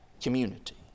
community